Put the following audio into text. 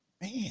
Man